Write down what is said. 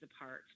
apart